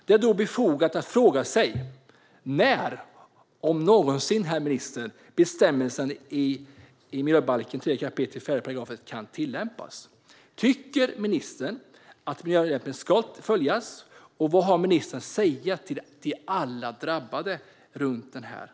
Det är då befogat att fråga sig när om någonsin, herr minister, bestämmelsen i miljöbalkens 3 kap. 4 § kan tillämpas. Tycker ministern att miljöbalken ska följas? Vad har ministern att säga till alla drabbade runt om i området?